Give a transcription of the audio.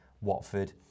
Watford